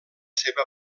seva